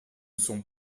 sont